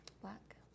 Black